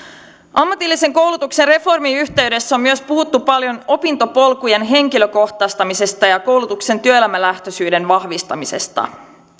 ammatillisen koulutuksen reformin yhteydessä on myös puhuttu paljon opintopolkujen henkilökohtaistamisesta ja koulutuksen työelämälähtöisyyden vahvistamisesta